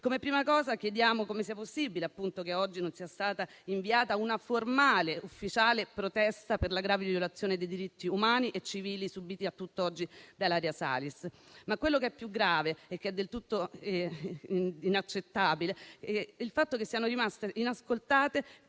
Come prima cosa chiediamo come sia possibile che ad oggi non sia stata inviata una formale ed ufficiale protesta per la grave violazione dei diritti umani e civili subiti da Ilaria Salis. Quello che è più grave però e che è del tutto inaccettabile è il fatto che siano rimaste inascoltate